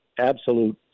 absolute